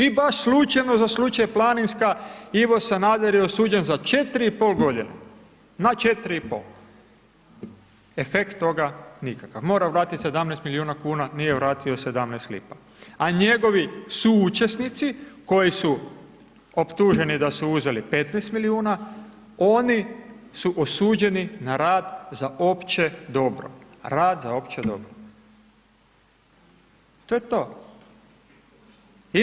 I baš slučajno za slučaj Planinska Ivo Sanader je osuđen za 4,5.g., na 4,5, efekt toga nikakav, mora platiti 17 milijuna kuna, nije vratio 17 lipa, a njegovi suučesnici koji su optuženi da su uzeli 15 milijuna, oni su osuđeni na rad za opće dobro, rad za opće dobro, to je to.